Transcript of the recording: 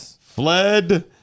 fled